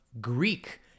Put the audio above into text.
Greek